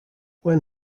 when